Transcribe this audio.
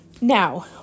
Now